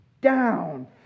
down